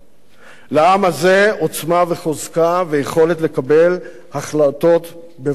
לעם הזה עוצמה וחוזקה ויכולת לקבל החלטות בבוא יום הבוחר.